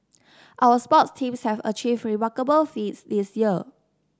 our sports teams have achieved remarkable feats this year